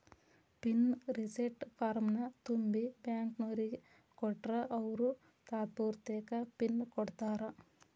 pin reset ಫಾರ್ಮ್ನ ತುಂಬಿ ಬ್ಯಾಂಕ್ನೋರಿಗ್ ಕೊಟ್ರ ಅವ್ರು ತಾತ್ಪೂರ್ತೆಕ ಪಿನ್ ಕೊಡ್ತಾರಾ